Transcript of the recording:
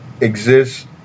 exists